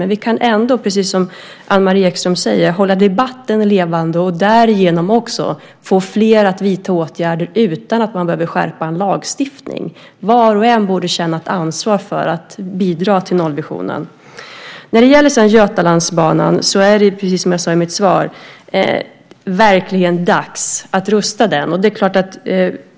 Men vi kan ändå, precis som Anne-Marie Ekström säger, hålla debatten levande och därigenom också få fler att vidta åtgärder utan att man behöver skärpa en lagstiftning. Var och en borde känna ett ansvar för att bidra till nollvisionen. Det är, precis som jag sade i mitt svar, verkligen dags att rusta Götalandsbanan.